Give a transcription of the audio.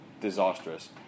disastrous